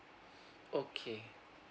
okay